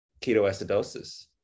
ketoacidosis